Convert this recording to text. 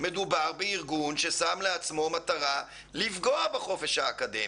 בארגון ששם לעצמו מטרה לפגוע בחופש האקדמי.